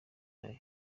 yayo